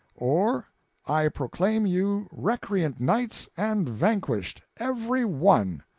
or i proclaim you recreant knights and vanquished, every one!